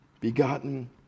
begotten